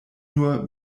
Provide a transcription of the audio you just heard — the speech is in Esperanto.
nur